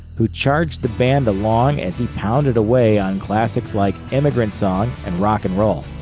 who charged the band along as he pounded away on classics like immigrant song and rock and roll.